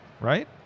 right